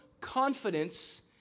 confidence